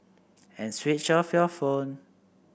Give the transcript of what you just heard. and switch off your phone